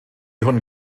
hwn